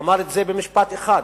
אמר את זה במשפט אחד: